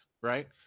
right